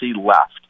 left